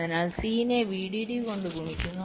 അതിനാൽ C നെ VDD കൊണ്ട് ഗുണിക്കുന്നു